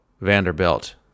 Vanderbilt